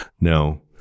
no